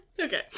Okay